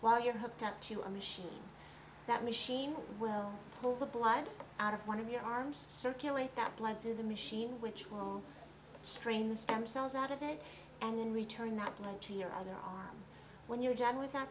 while you're hooked up to a machine that machine will pull the blood out of one of your arms circulate that blood through the machine which will strain the stem cells out of it and then return that lead to your other arm when you're job with